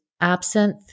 absinthe